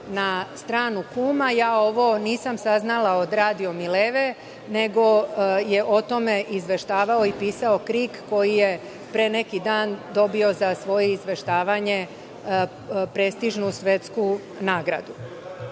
na stranu kuma. Ja ovo nisam saznala od „radio – Mileve“, nego je o tome izveštavao i pisao KRIK, koji je pre neki dan dobio za svoje izveštavanje prestižnu svetsku nagradu. Što